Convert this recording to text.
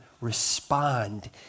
respond